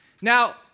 Now